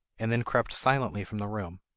and then crept silently from the room.